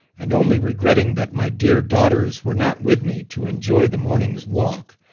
and only regretting that my dear daughters were not with me to enjoy the morning's walk,